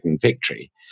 victory